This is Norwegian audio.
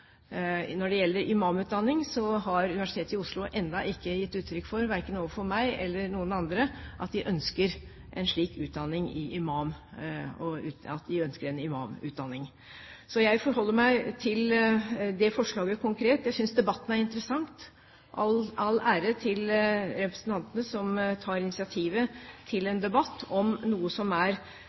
Når det gjelder imamutdanning, har Universitetet i Oslo ennå ikke gitt uttrykk for, verken overfor meg eller noen andre, at de ønsker en imamutdanning. Så jeg forholder meg til det konkrete forslaget. Jeg synes debatten er interessant. All ære til representantene som tar initiativet til en debatt om noe som er